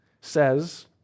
says